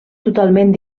totalment